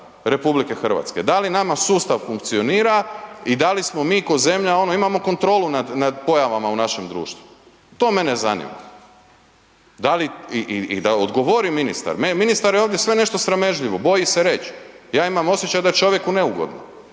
a to je sustav RH. Da li nama sustav funkcionira i da li smo mi kao zemlja, ono imamo kontrolu nad pojavama u našem društvo. To mene zanima. Da li, i da odgovori ministar, ministar je ovdje sve nešto sramežljivo, boji se reći. Ja imam osjećaj da je čovjeku neugodno.